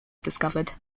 discovered